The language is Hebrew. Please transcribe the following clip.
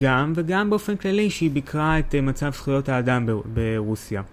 גם וגם באופן כללי שהיא ביקרה את מצב זכויות האדם ברוסיה.